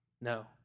No